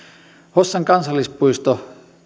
hossan kansallispuisto